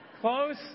Close